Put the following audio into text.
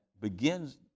begins